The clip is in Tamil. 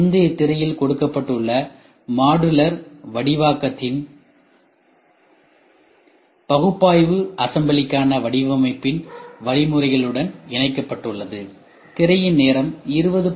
முந்தைய திரையில் கொடுக்கப்பட்டுள்ள மாடுலர் வடிவத்தாக்கத்தின் பகுப்பாய்வு அசெம்பிளிக்கான வடிவமைப்பின் வழிமுறைகளுடன் இணைக்கப்பட்டுள்ளது